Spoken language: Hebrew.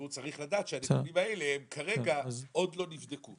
והוא צריך לדעת שהנתונים האלה הם כרגע עוד לא נבדקו.